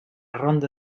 ronda